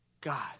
God